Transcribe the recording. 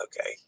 Okay